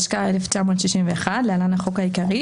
התשכ"-1961 (להלן החוק העיקרי),